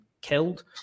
killed